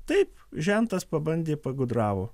taip žentas pabandė pagudravo